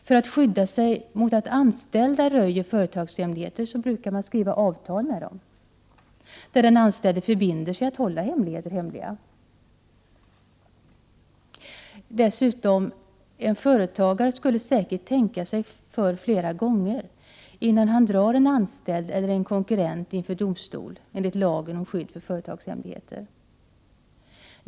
För att skydda sig emot att anställda röjer företagshemligheter brukar man skriva avtal med dem, där den anställde förbinder sig att hålla hemligheter hemliga. Dessutom skulle en företagare säkert tänka sig för flera gånger innan han drar en anställd eller en konkurrent inför domstol enligt lagen om skydd för företagshemligheter.